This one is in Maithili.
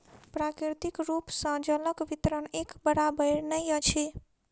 प्राकृतिक रूप सॅ जलक वितरण एक बराबैर नै अछि